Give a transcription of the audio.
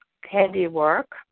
handiwork